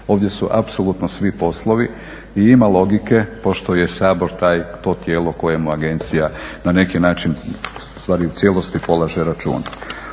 Ovdje su apsolutno svi poslovi i ima logike pošto je Sabor to tijelo kojemu agencija na neki način, ustvari u cijelosti polaže račune.